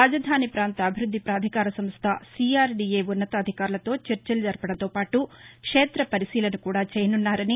రాజధాని పాంత అభివృద్ది పాధికార సంస్ట ఏపీసీఆర్దీయే ఉ న్నతాధికారులతో చర్చలు జరపడంతో పాటు క్షేత పరిశీలన కూడా చేయనున్నారని